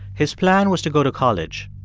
his plan was to go to college,